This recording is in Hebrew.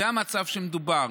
זה המצב שבו מדובר.